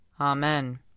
Amen